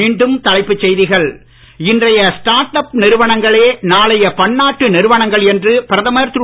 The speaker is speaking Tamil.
மீண்டும் தலைப்புச் செய்திகள் இன்றைய ஸ்டார்ட் அப் நிறுவனங்களே நாளைய பன்னாட்டு நிறுவனங்கள் என்று பிரதமர் திரு